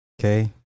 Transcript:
Okay